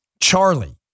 Charlie